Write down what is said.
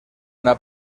una